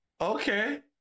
okay